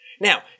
Now